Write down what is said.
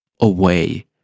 away